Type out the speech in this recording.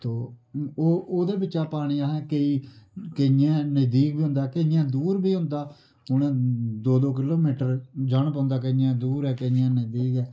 तो ओह्दै बिच्चा पानी असें केईयैं नज़दीक बी होंदा केईयां दूर बी होंदा उ'नै दो दो किलोमीटर जाना पौंदा केईयैं दूर ऐ केईयैं नजदीक ऐ